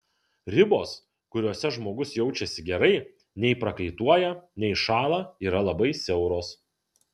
ribos kuriose žmogus jaučiasi gerai nei prakaituoja nei šąla yra labai siauros